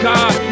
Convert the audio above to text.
God